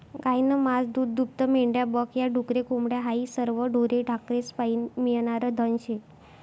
गायनं मास, दूधदूभतं, मेंढ्या बक या, डुकरे, कोंबड्या हायी सरवं ढोरे ढाकरेस्पाईन मियनारं धन शे